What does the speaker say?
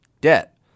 debt